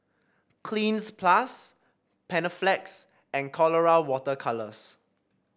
Cleanz Plus Panaflex and Colora Water Colours